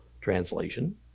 translation